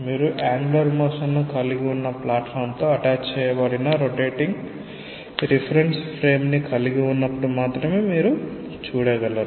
మీరు angular motion ను కలిగి ఉన్న ప్లాట్ఫామ్తో అటాచ్ చేయబడిన రొటేటింగ్ రిఫరెన్స్ ఫ్రేమ్ను కలిగి ఉన్నప్పుడు మాత్రమే మీరు చూడగలరు